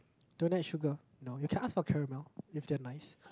don't add sugar no you can ask for caramel if they are nice